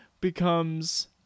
becomes